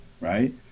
right